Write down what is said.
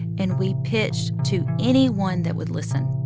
and we pitched to anyone that would listen.